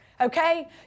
Okay